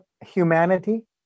humanity